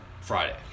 Friday